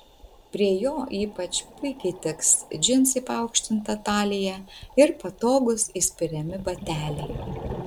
prie jo ypač puikiai tiks džinsai paaukštinta talija ir patogūs įspiriami bateliai